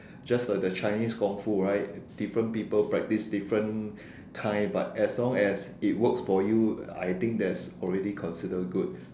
just like the Chinese Kung-Fu right different people practise different kind but as long as it works for you I think that's already considered good